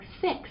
six